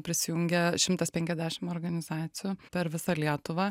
prisijungė šimtas penkiasdešim organizacijų per visą lietuvą